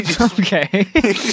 Okay